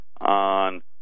on